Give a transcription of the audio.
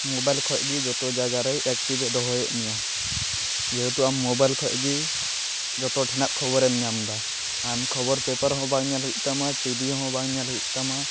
mobile ᱠᱷᱚᱡᱜᱮ ᱡᱚᱛᱚ ᱡᱟᱭᱜᱟᱨᱮᱭ ᱮᱠᱴᱤᱵᱷᱮ ᱫᱚᱦᱚᱭᱮᱫ ᱢᱮᱭᱟ ᱡᱮᱦᱮᱛᱩ ᱟᱢ ᱢᱳᱵᱟᱭᱤᱞ ᱠᱷᱚᱡᱜᱮ ᱡᱚᱛᱚ ᱴᱷᱮᱱᱟᱜ ᱠᱷᱚᱵᱚᱨᱮᱢ ᱧᱟᱢᱮᱫᱟ ᱟᱢ ᱠᱷᱚᱵᱚᱨ ᱯᱮᱯᱟᱨᱦᱚᱸ ᱵᱟᱝ ᱧᱮᱞ ᱦᱩᱭᱩᱜ ᱛᱟᱢᱟ ᱴᱤᱵᱤ ᱦᱚᱸ ᱵᱟᱝ ᱧᱮᱞ ᱦᱩᱭᱩᱜ ᱛᱟᱢᱟ